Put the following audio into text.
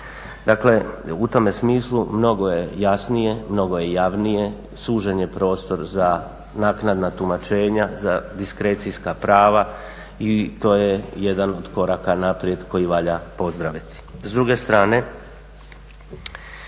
Dakle u tome smislu mnogo je jasnije, mnogo je javnije, sužen je prostor za naknadna tumačenja, za diskrecijska prava i to je jedan od koraka naprijed koji valja pozdraviti.